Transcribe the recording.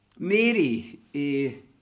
Mary